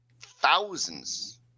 thousands